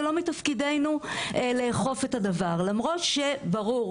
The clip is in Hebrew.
לא מתפקידנו לאכוף את הדבר למרות שברור,